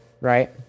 right